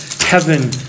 heaven